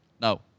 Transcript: Now